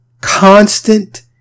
constant